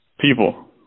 people